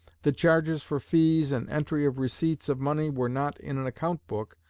the charges for fees and entry of receipts of money were not in an account book,